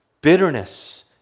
bitterness